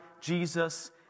Jesus